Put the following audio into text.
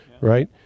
right